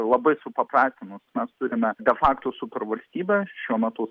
labai supaprastinus mes turime de fakto supervalstybę šiuo metu